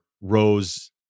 Rose